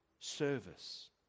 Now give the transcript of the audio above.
service